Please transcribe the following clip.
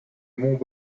monts